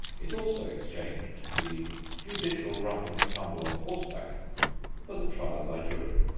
it also exchanged the judicial rough-and-tumble on horseback for the trial by jury.